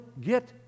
get